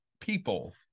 people